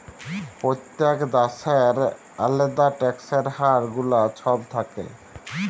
প্যত্তেক দ্যাশের আলেদা ট্যাক্সের হার গুলা ছব থ্যাকে